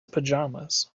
pajamas